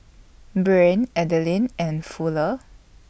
Breann Adilene and Fuller